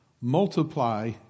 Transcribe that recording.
multiply